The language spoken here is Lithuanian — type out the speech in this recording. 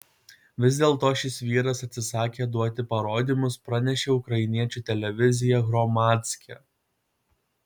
vis dėlto šis vyras atsisakė duoti parodymus pranešė ukrainiečių televizija hromadske